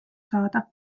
saada